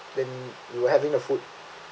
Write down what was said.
then we were having the food